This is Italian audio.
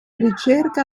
ricerca